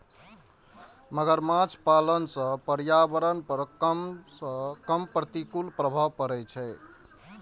मगरमच्छ पालन सं पर्यावरण पर कम सं कम प्रतिकूल प्रभाव पड़ै छै